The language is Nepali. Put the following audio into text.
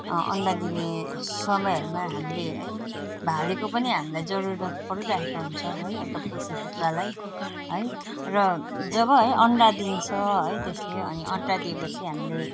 अन्डा दिने समयमा हामीले है भालेको पनि हामीलाई जरुरत परिराखेको हुन्छ है एउटा पोथी कुखरालाई है र जब है अन्डा दिन्छ है त्यसले अनि अन्डा दिए पछि हामीले